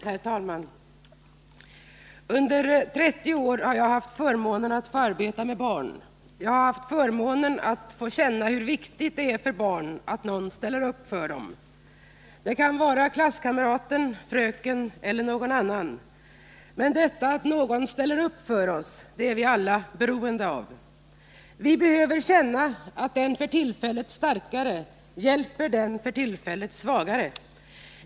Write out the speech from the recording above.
Herr talman! Under 30 år har jag haft förmånen att få arbeta med barn. Jag har haft förmånen att få känna hur viktigt det är för barn att någon ställer upp för dem. Det kan vara klasskamraten, fröken eller någon annan. Men detta att någon ställer upp för oss är vi alla beroende av. Vi behöver känna att den för tillfället starkare hjälper den för tillfället svagare.